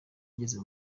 ngeze